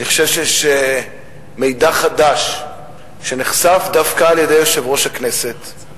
יש מידע חדש שנחשף דווקא על-ידי יושב-ראש הכנסת.